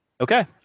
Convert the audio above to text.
Okay